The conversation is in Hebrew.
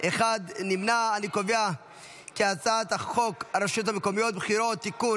כי הצעת חוק הרשויות המקומיות (בחירות) (תיקון,